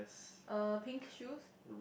uh pink shoes